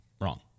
Wrong